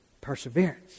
Perseverance